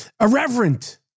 irreverent